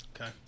Okay